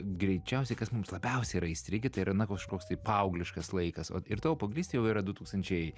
greičiausiai kas mums labiausiai yra įstrigę tai yra na kažkoks tai paaugliškas laikas o ir tavo paauglystė jau yra du tūkstančiai